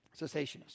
cessationist